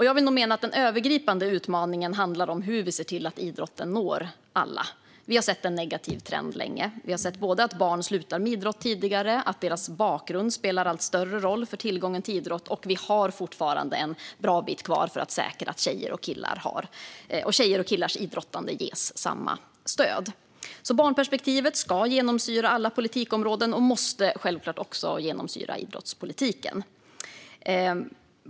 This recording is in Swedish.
Jag menar att den övergripande utmaningen handlar om hur vi ser till att idrotten når alla. Vi har länge sett en negativ trend. Vi har sett att barn slutar med idrott tidigare och att deras bakgrund spelar allt större roll för tillgången till idrott. Och vi har fortfarande en bra bit kvar för att säkra att tjejers och killars idrottande ges samma stöd. Barnperspektivet ska alltså genomsyra alla politikområden och måste självklart också genomsyra idrottspolitiken.